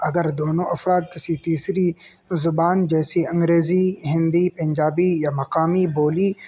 اگر دونوں افراد کسی تیسری زبان جیسیے انگریزی ہندی پنجابی یا مقامی بولی